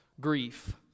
grief